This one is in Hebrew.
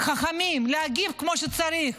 חכמים להגיב כמו שצריך